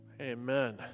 Amen